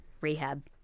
rehab